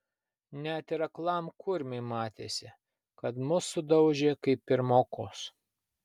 net ir aklam kurmiui matėsi kad mus sudaužė kaip pirmokus